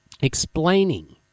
explaining